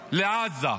לעזה.